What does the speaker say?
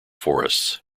forests